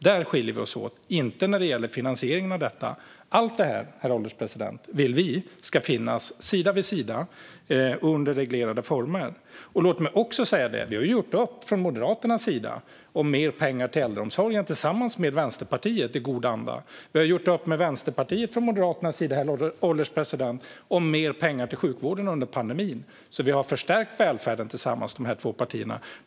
Där skiljer vi oss åt, men inte när det gäller finansieringen av detta. Vi vill att allt det ska finnas sida vid sida under reglerade former, herr ålderspresident. Moderaterna har i god anda gjort upp med Vänsterpartiet om mer pengar till äldreomsorgen. Moderaterna har under pandemin gjort upp med Vänsterpartiet om mer pengar till sjukvården. De här två partierna har alltså förstärkt välfärden tillsammans.